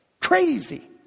Crazy